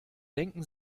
denken